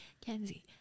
Kenzie